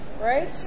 right